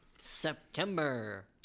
September